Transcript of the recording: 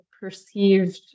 perceived